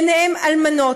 נעצרו, ביניהם אלמנות,